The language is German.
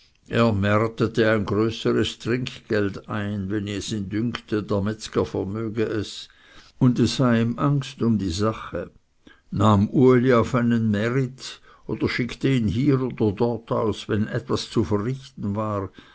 ein größeres trinkgeld ein wenn es ihn dünkte der metzger vermöge es und es sei ihm angst um die sache nahm uli mit auf einen märit oder schickte ihn hier oder dort aus wenn et was zu verrichten war